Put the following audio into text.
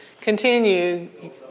continue